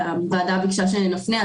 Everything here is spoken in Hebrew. הוועדה ביקשה שנפנה,